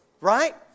right